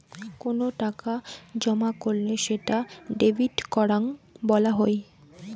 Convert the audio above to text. কোনো টাকা জমা করলে সেটা ডেবিট করাং বলা হই